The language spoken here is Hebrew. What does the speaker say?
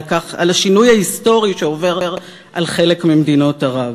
השינוי ההיסטורי שעובר על חלק ממדינות ערב,